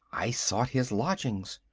i sought his lodgings.